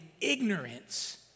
ignorance